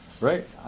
right